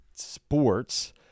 sports